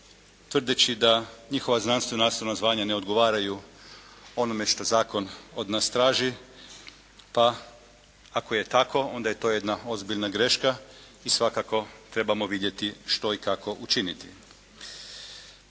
tvrdeći da njihova znanstveno-nacionalna zvanja ne odgovaraju onome što zakon od nas traži pa ako je tako onda je to jedna ozbiljna greška i svakako trebamo vidjeti što i kako učiniti.